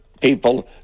people